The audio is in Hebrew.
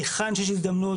היכן שיש הזדמנות,